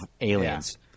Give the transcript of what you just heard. aliens